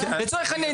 לצורך העניין,